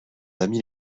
amis